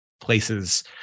places